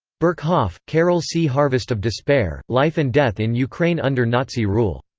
berkhoff, karel c. harvest of despair life and death in ukraine under nazi rule.